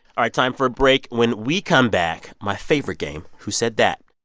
ah time for a break. when we come back, my favorite game who said that?